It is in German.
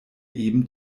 eben